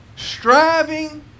Striving